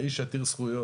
האיש עתיר זכויות,